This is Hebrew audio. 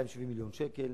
270 מיליון שקל,